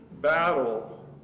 battle